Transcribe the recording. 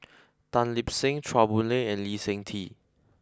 Tan Lip Seng Chua Boon Lay and Lee Seng Tee